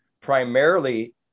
primarily